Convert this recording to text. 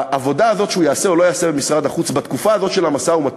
בעבודה הזו שהוא יעשה או לא יעשה במשרד החוץ בתקופה הזו של המשא-ומתן,